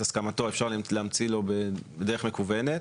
הסכמתו, אפשר להמציא לו בדרך מקוונת.